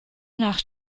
nach